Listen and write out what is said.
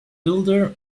builder